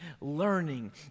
learning